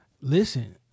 Listen